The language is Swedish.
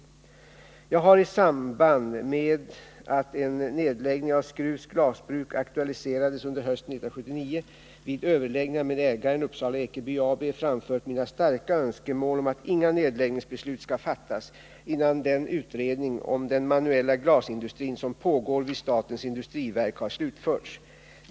Jag har i samband med att en nedläggning av Skrufs glasbruk aktualiserades under hösten 1979 vid överläggningar med ägaren, Upsala-Ekeby AB, framfört mina starka önskemål om att inga nedläggningsbeslut skall fattas, innan den utredning om den manuella glasindustrin som pågår vid statens industriverk har slutförts.